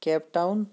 cap town